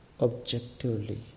objectively